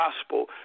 gospel